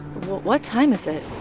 what time is it?